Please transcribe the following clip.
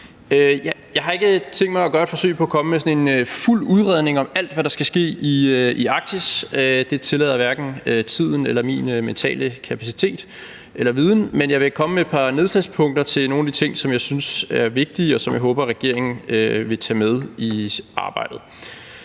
Jeg har ikke tænkt mig at gøre et forsøg på at komme med sådan en fuld udredning om alt, hvad der skal ske i Arktis, for det tillader hverken tiden eller min mentale kapacitet eller viden. Men jeg vil komme med et par nedslagspunkter til nogle af de ting, som jeg synes er vigtige, og som jeg håber regeringen vil tage med i arbejdet.